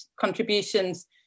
contributions